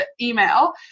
email